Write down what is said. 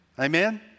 Amen